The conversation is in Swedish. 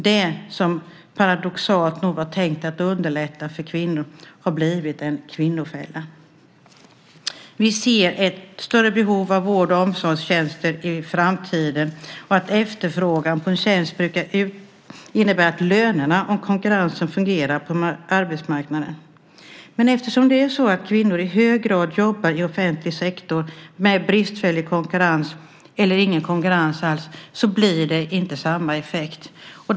Det som, paradoxalt nog, var tänkt att underlätta för kvinnor har blivit en kvinnofälla. Vi ser ett större behov av vård och omsorgstjänster i framtiden. Att efterfrågan på en tjänst ökar brukar innebära att lönerna ökar, om konkurrensen fungerar på arbetsmarknaden. Men eftersom det är så att kvinnor i hög grad jobbar i offentlig sektor med bristfällig konkurrens eller ingen konkurrens alls blir det inte samma effekt.